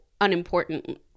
unimportant